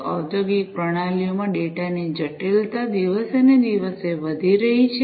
ઔદ્યોગિક પ્રણાલીઓમાં ડેટાની જટિલતા દિવસેને દિવસે વધી રહી છે